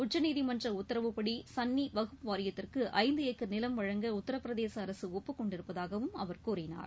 உச்சநீதிமன்ற உத்தரவுப்படி சன்னி வக்ஃப் வாரியத்திற்கு ஐந்து ஏக்கர் நிலம் வழங்க உத்தரப்பிரதேச அரசு ஒப்புக்கொண்டிருப்பதாகவும் அவர் கூறினார்